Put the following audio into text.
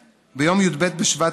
בושה, בושה.